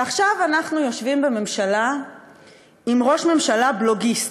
ועכשיו אנחנו יושבים בממשלה עם ראש ממשלה בלוגיסט.